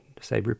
Say